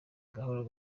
gahoro